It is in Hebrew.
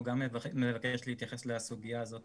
הוא גם מבקש להתייחס לסוגיה הזאת,